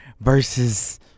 versus